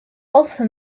also